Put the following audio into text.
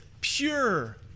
pure